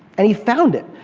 and he found it.